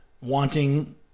wanting